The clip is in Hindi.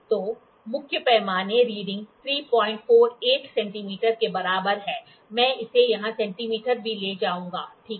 तो मुख्य पैमाना रीडिंग 348 सेंटीमीटर के बराबर है मैं इसे यहां सेंटीमीटर भी ले जाऊंगा ठीक है